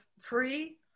free